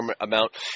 amount